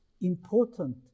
important